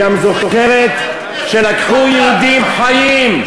היא גם זוכרת שלקחו יהודים חיים,